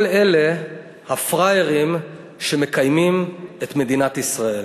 כל אלה הפראיירים שמקיימים את מדינת ישראל.